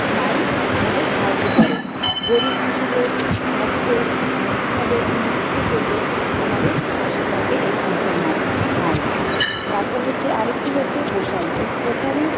smile আমাদের সাহায্য করে গরীব শিশুদের স্বাস্থ্য কীভাবে পুনরুদ্ধার করবে আমাদের পাশে থাকে এই মিশন মাইন স্মাইল তারপরে হচ্ছে আরেকটি হচ্ছে প্রসারী এই প্রসারী